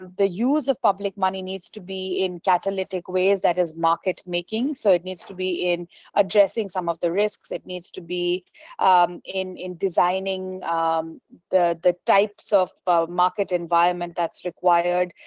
the use of public money needs to be in catalytic ways that is market-making, so it needs to be in addressing some of the risks, it needs to be in in designing um the the types of market environment that's required,